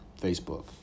Facebook